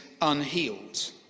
unhealed